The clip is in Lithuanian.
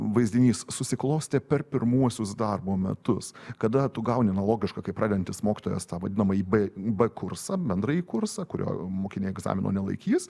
vaizdinys susiklostė per pirmuosius darbo metus kada tu gauni analogišką kaip pradedantis mokytojas tą vadinamąjį b b kursą bendrąjį kursą kurio mokiniai egzamino nelaikys